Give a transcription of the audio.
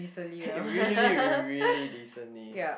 really really decently